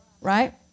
right